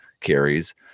carries